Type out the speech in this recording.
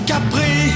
Capri